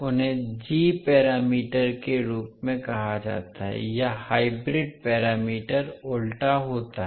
उन्हें G parameter के रूप में कहा जाता है या हाइब्रिड पैरामीटर उलटा होता है